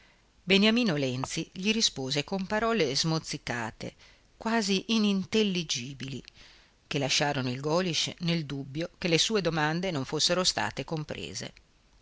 beniamino lenzi gli rispose con parole smozzicate quasi inintelligibili che lasciarono il golisch nel dubbio che le sue domande non fossero state comprese